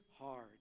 hard